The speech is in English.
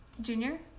Junior